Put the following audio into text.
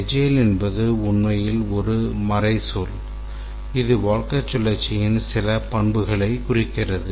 agile என்பது உண்மையில் ஒரு மறைசொல் இது வாழ்க்கைச் சுழற்சியின் சில பண்புகளைக் குறிக்கிறது